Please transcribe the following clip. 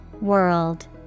World